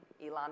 Elon